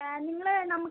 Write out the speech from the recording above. നിങ്ങള് നമുക്ക്